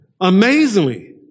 amazingly